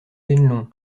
fénelon